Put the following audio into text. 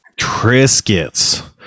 Triscuits